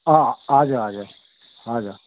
अँ हजुर हजुर हजुर